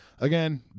Again